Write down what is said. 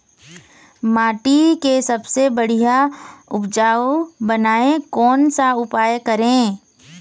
माटी के सबसे बढ़िया उपजाऊ बनाए कोन सा उपाय करें?